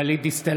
(קורא בשמות חברי הכנסת) גלית דיסטל